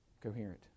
coherent